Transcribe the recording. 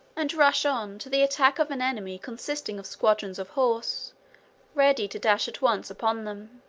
and rush on to the attack of an enemy consisting of squadrons of horse ready to dash at once upon them.